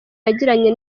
yagiranye